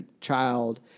child